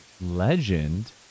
Legend